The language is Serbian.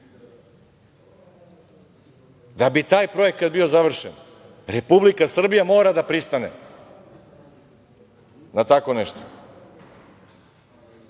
Da bi taj projekat bio završen, Republika Srbija mora da pristane na tako nešto.